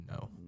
No